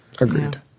agreed